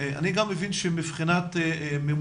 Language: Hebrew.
אני גם מבין שמבחינת ממוצע,